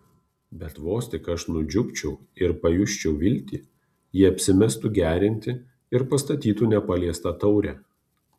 bet vos tik aš nudžiugčiau ir pajusčiau viltį ji apsimestų gerianti ir pastatytų nepaliestą taurę